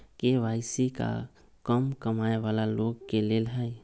KYC का कम कमाये वाला लोग के लेल है?